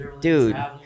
Dude